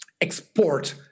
export